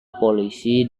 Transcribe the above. polisi